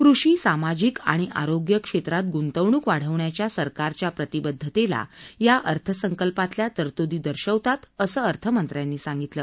कृषी सामाजिक आणि आरोग्य क्षेत्रात गुंतवणूक वाढवण्याच्या सरकारच्या प्रतिबद्धतेला या अर्थसंकल्पातल्या तरतुदी दर्शवतात असं अर्थमंत्र्यांनी सांगितलं